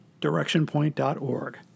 DirectionPoint.org